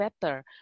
better